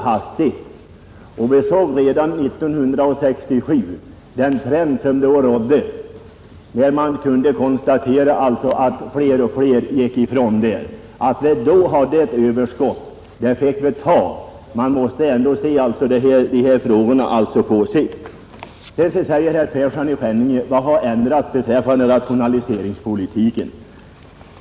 Trenden gick redan år 1967 mot att allt fler upphörde med mjölkproduktionen. Vi hade då ett överskott, men det fick vi acceptera och försöka se frågorna på sikt. Vidare frågar herr Persson i Skänninge: Vad har ändrats beträffande rationaliseringspolitiken?